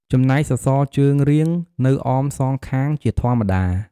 ចំណែកសសរជើងរៀងនៅអមសងខាងជាធម្មតា។